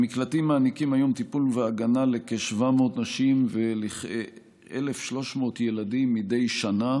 המקלטים מעניקים היום טיפול והגנה לכ-700 נשים ולכ-1,300 ילדים מדי שנה,